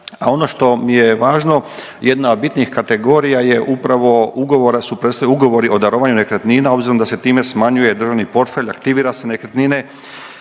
A ono što mi je važno, jedna od bitnih kategorija je upravo, ugovori o darovanju nekretnina obzirom da se time smanjuje državni portfelj, aktivira se nekretnine